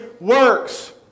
works